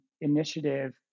initiative